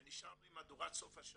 ונשארנו עם מהדורת סוף השבוע.